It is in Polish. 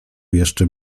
jeszcze